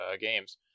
games